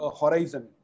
horizon